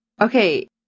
okay